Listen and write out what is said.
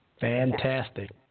Fantastic